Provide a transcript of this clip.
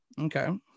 Okay